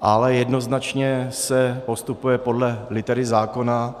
ale jednoznačně se postupuje podle litery zákona.